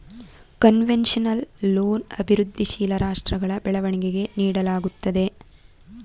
concessional loan ಅಭಿವೃದ್ಧಿಶೀಲ ರಾಷ್ಟ್ರಗಳ ಬೆಳವಣಿಗೆಗೆ ನೀಡಲಾಗುತ್ತದೆ